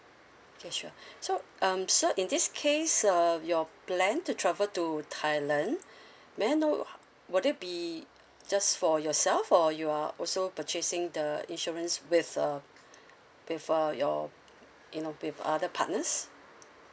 okay sure so um so in this case uh your plan to travel to thailand may I know would it be just for yourself or you are also purchasing the insurance with uh with uh your you know other partners